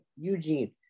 Eugene